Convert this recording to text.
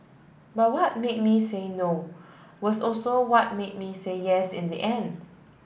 but what made me say No was also what made me say Yes in the end